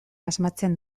asmatzen